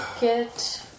get